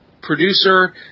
producer